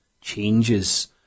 changes